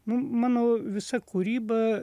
nu mano visa kūryba